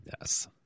Yes